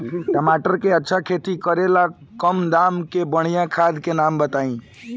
टमाटर के अच्छा खेती करेला कम दाम मे बढ़िया खाद के नाम बताई?